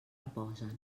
reposen